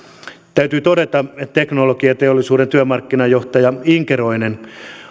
täytyy todeta että teknologiateollisuuden työmarkkinajohtaja inkeroinen